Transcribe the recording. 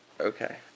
Okay